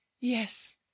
Yes